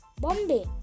Bombay